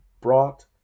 brought